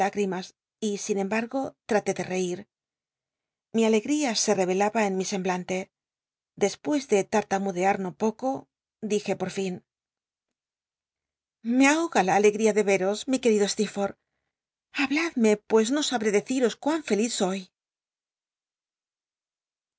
igrimas y sin embargo traté de reir mi alegda se revelaba en mi semblante despues de tartamudear no poco dije por fin me ahoga la alegría de veros mi querido s habladme pues no sabré deciros cmín feliz soy